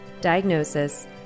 diagnosis